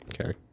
Okay